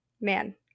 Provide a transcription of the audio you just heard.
man